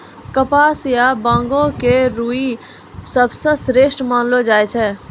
कपास या बांगो के रूई सबसं श्रेष्ठ मानलो जाय छै